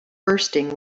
bursting